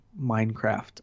Minecraft